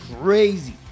crazy